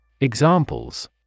Examples